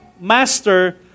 Master